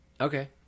Okay